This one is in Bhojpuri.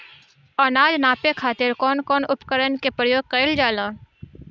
अनाज नापे खातीर कउन कउन उपकरण के प्रयोग कइल जाला?